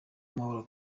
amahoro